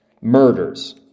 murders